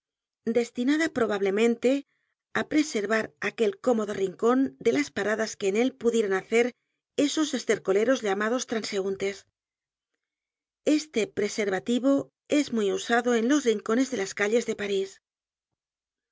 destinada probablemente á preservar aquel cómodo rincon de las paradas que en él pudieran hacer esos estercoleros llamados transeuntes este preservativo es muy usado en los rincones de las calles de parís